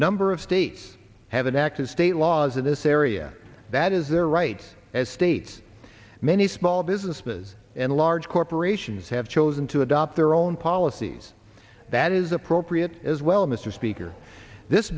number of states have enacted state laws in this area that is their right as states many small businesses and large corporations have chosen to adopt their own policies that is appropriate as well mr speaker this